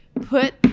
put